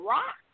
Rock